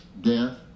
death